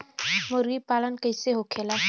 मुर्गी पालन कैसे होखेला?